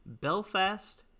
belfast